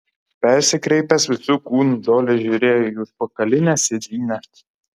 persikreipęs visu kūnu doilis žiūrėjo į užpakalinę sėdynę